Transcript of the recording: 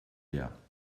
der